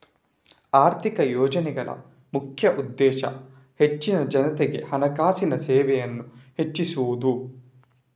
ಆರ್ಥಿಕ ಯೋಜನೆಗಳ ಮುಖ್ಯ ಉದ್ದೇಶ ಹೆಚ್ಚಿನ ಜನತೆಗೆ ಹಣಕಾಸಿನ ಸೇವೆಯನ್ನ ಹೆಚ್ಚಿಸುದು